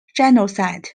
genocide